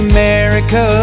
America